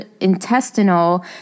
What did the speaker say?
intestinal